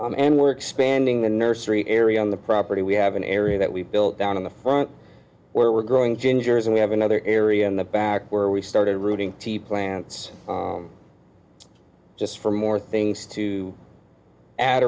we're expanding the nursery area on the property we have an area that we've built down in the front where we're growing gingers and we have another area in the back where we started rooting tea plants just for more things to add